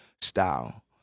style